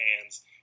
hands